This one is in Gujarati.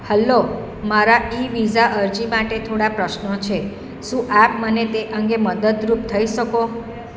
હલ્લો મારા ઈ વિઝા અરજી માટે થોડા પ્રશ્નો છે શું આપ મને તે અંગે મદદરૂપ થઇ શકો